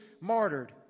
martyred